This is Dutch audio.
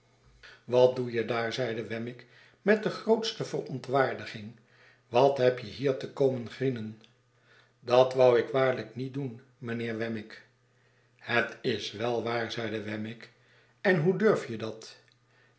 wat doe je daar zeide wemmick met de grootste verontwaardiging wat heb je hier te komengrienen dat wou ik waarlijk niet doen mijnheer wemmick het is wel waar zeide wemmick en hoe durf je dat